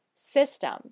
System